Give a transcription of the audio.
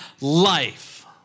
life